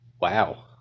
Wow